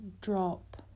drop